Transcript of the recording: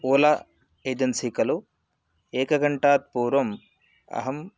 Ola agency खलु एकगण्ठात् पूर्वम् अहं